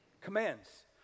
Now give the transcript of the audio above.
commands